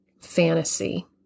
fantasy